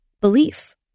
belief